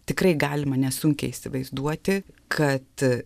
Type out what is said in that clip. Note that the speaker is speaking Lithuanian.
tikrai galima nesunkiai įsivaizduoti kad